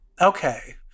Okay